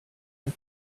and